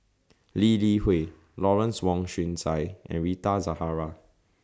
Lee Li Hui Lawrence Wong Shyun Tsai and Rita Zahara